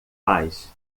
paz